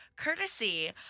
Courtesy